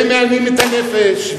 ומענים את הנפש,